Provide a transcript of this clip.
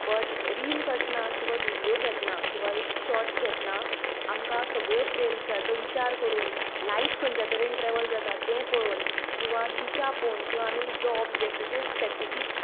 but reel करतना किंवां video घेतना किंवां एक शॉर्ट घेतना आमकां सगळ्यो फ्रेम्सांचो विचार करून लायट खंयच्या तरेन ट्रॅव्हल जाता तें पळोवन किंवां दिशा पोवून किंवां आमी जो ऑब्जेक्टाचेर स्पॅसिफीक